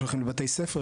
שצריכים ללכת לבתי הספר,